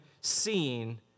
seeing